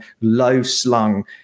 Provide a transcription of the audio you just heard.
low-slung